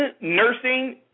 nursing